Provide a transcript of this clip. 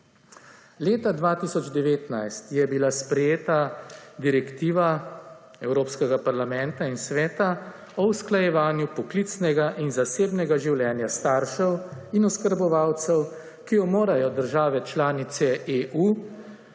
Leta 2019 je bila sprejeta direktiva Evropskega parlamenta in sveta o usklajevanju poklicnega in zasebnega življenja staršev in oskrbovancev, ki jo morajo države članice EU